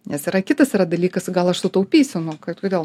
nes yra kitas dalykas gal aš sutaupysiu nu kad kodėl